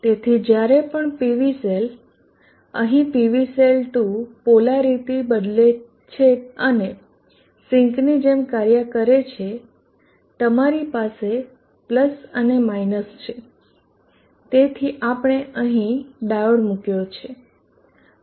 તેથી જ્યારે પણ PV સેલ અહી PV સેલ 2 પોલારીટી બદલે છે અને સિંકની જેમ કાર્ય કરે છે તમારી પાસે અને છે તેથી આપણે અહીં ડાયોડ મૂકયો છે